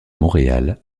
montréal